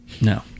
No